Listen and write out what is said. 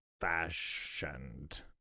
fashioned